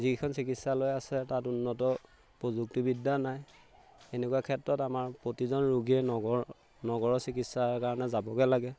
যি কিখন চিকিৎসালয় আছে তাত উন্নত প্ৰযুক্তিবিদ্যা নাই এনেকুৱা ক্ষেত্ৰত আমাৰ প্ৰতিজন ৰোগীয়ে নগৰ নগৰৰ চিকিৎসাৰ কাৰণে যাবগে লাগে